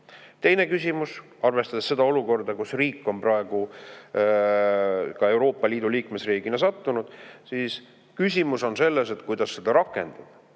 Teine küsimus, arvestades seda olukorda, kuhu riik on praegu ka Euroopa Liidu liikmesriigina sattunud, on selles, et kuidas seda rakendada.